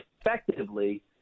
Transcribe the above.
effectively